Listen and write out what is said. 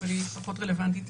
אבל היא פחות רלוונטית